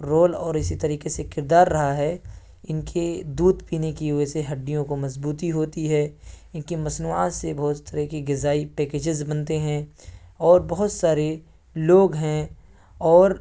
role اور اسی طریقے سے کردار رہا ہے ان کے دودھ پینے کی وجہ سے ہڈیوں کو مضبوطی ہوتی ہے ان کی مصنوعات سے بہت طرح کی غذائی پیکیجز بنتے ہیں اور بہت سارے لوگ ہیں اور